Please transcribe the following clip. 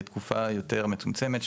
לתקופה יותר מצומצמת,